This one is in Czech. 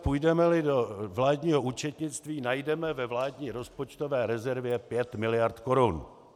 Půjdemeli do vládního účetnictví, najdeme ve vládní rozpočtové rezervě pět miliard korun.